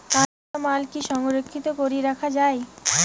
কাঁচামাল কি সংরক্ষিত করি রাখা যায়?